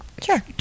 Sure